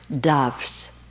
Doves